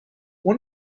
اون